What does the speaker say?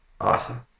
awesome